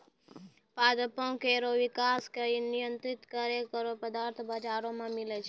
पादपों केरो विकास क नियंत्रित करै केरो पदार्थ बाजारो म मिलै छै